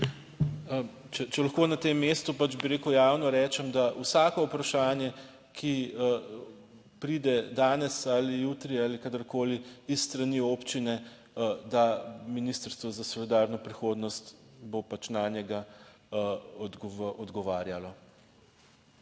Če lahko na tem mestu pač, bi rekel, javno rečem, da vsako vprašanje, ki pride danes ali jutri ali kadarkoli s strani občine, da Ministrstvo za solidarno prihodnost bo pač na njega odgovarjalo.